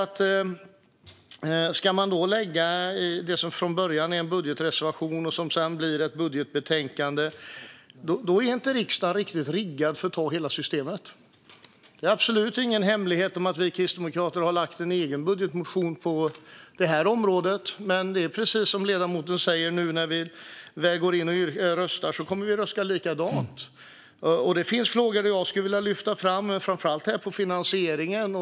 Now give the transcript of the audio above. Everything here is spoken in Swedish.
Om då det som från början är en budgetreservation sedan blir ett budgetbetänkande är det klart att riksdagen inte riktigt är riggad för att ta hela systemet. Det är absolut ingen hemlighet att vi kristdemokrater har lagt fram en egen budgetmotion på det här området. Men nu när vi väl går in och röstar kommer vi att rösta likadant, precis som ledamoten säger. Det finns frågor jag skulle vilja lyfta fram, framför allt gällande finansieringen.